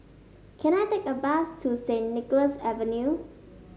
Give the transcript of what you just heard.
can I take a bus to Saint Nicholas View